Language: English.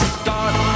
start